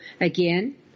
again